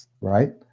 right